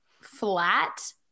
flat